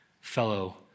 fellow